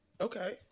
okay